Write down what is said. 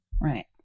Right